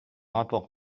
rapport